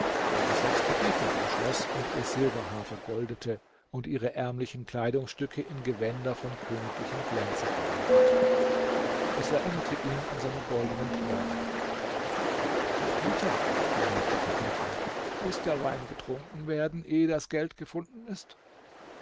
welche selbst tabitha umschloß und ihr silberhaar vergoldete und ihre ärmlichen kleidungsstücke in gewänder von königlichem glänze verwandelte es erinnerte ihn an seine goldenen träume herr peter bemerkte tabitha muß der wein getrunken werden ehe das geld gefunden ist